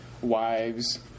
Wives